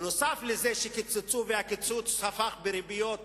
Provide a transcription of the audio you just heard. נוסף על זה שקיצצו, והקיצוץ הפך בריביות,